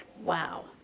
Wow